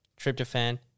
tryptophan